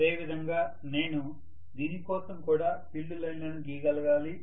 అదేవిధంగా నేను దీని కోసం కూడా ఫీల్డ్ లైన్లను గీయగలగాలి